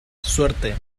suerte